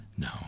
No